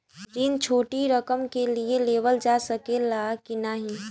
ऋण छोटी रकम के लिए लेवल जा सकेला की नाहीं?